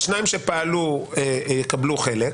השניים שפעלו יקבלו חלק,